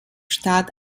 stadt